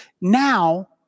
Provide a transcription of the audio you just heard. now